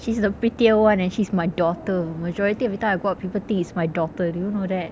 she's the prettier one and she's my daughter majority of the time I go out people think it's my daughter do you know that